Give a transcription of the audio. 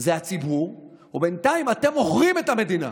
זה הציבור, ובינתיים אתם מוכרים את המדינה,